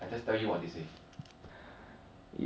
is normally easier to push by a bit lah